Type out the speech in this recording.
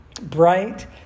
Bright